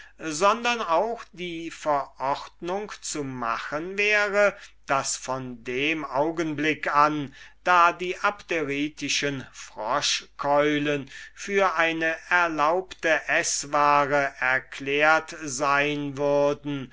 sondern auch die verordnung zu machen wäre daß von dem augenblick an da die abderitischen froschkeulen für eine erlaubte eßware erklärt sein würden